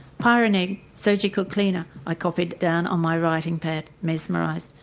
pyroneg surgical cleaner, i copied down on my writing pad, mesmerised,